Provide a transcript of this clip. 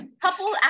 Couple